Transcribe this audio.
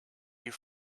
you